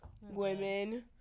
women